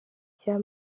rya